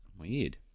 weird